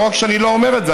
לא רק שאני לא אומר את זה,